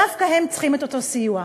דווקא הם צריכים את אותו סיוע.